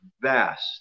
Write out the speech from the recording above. vast